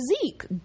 Zeke